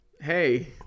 Hey